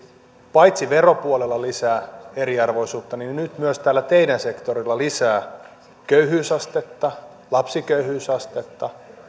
paitsi veropuolella lisää eriarvoisuutta nyt myös tällä teidän sektorillanne lisää köyhyysastetta lapsiköyhyysastetta